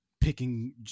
picking